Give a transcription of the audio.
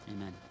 Amen